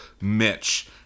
mitch